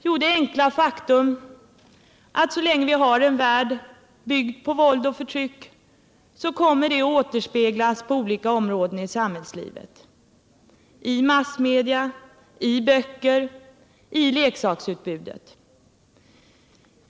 Jo, det enkla faktum att så länge vi har en värld byggd på våld och förtryck, kommer detta att återspeglas på olika områden av samhällslivet — i massmedia, i böcker, i leksaksutbudet.